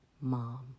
mom